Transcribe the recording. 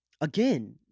again